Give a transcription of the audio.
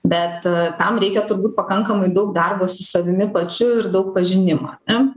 bet tam reikia turbūt pakankamai daug darbo su savimi pačiu ir daug pažinimo ar ne